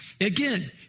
again